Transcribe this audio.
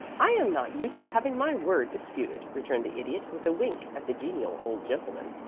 i am not used to having my word disputed, returned the idiot, with a wink at the genial old gentleman.